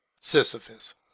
Sisyphus